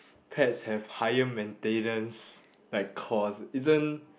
pets have higher maintenance like cause isn't